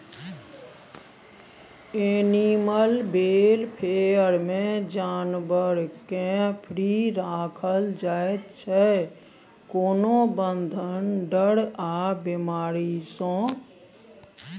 animal welfare मे जानबर केँ फ्री राखल जाइ छै कोनो बंधन, डर आ बेमारी सँ